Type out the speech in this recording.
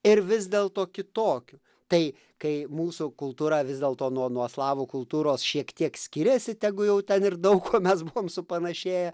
ir vis dėlto kitokiu tai kai mūsų kultūra vis dėlto nuo nuo slavų kultūros šiek tiek skiriasi tegu jau ten ir daug kuo mes buvom supanašėję